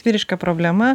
vyriška problema